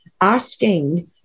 asking